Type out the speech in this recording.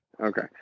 Okay